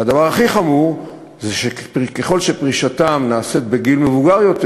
והדבר הכי חמור הוא שככל שפרישתם נעשית בגיל מבוגר יותר,